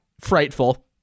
frightful